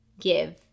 give